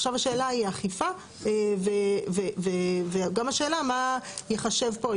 עכשיו השאלה היא אכיפה וגם השאלה מה ייחשב פה.